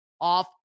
off